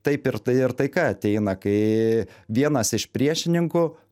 taip ir tai ir taika ateina kai vienas iš priešininkų